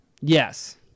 Yes